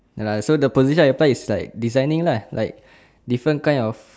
ya lah so the position I apply is like designing lah like different kind of